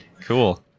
Cool